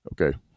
okay